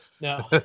no